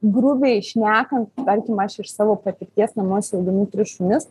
grubiai šnekant tarkim aš iš savo patirties namuose auginu tris šunis